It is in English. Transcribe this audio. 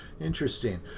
Interesting